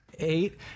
Eight